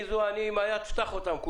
אני רוצה להתייחס.